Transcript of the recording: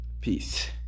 Peace